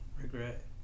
regret